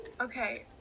Okay